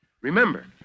Remember